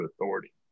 authority